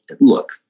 look